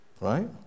Right